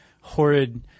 horrid